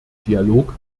dialog